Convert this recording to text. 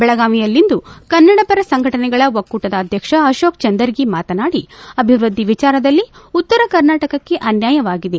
ಬೆಳಗಾವಿಯಲ್ಲಿಂದು ಕನ್ನಡಪರ ಸಂಘಟನೆಗಳ ಒಕ್ಕೂಟದ ಅಧ್ವಕ್ಷ ಅಶೋಕ ಚಂದರಗಿ ಮಾತನಾಡಿ ಅಭಿವೃದ್ದಿ ವಿಚಾರದಲ್ಲಿ ಉತ್ತರ ಕರ್ನಾಟಕಕ್ಕೆ ಅನ್ಯಾಯವಾಗಿದೆ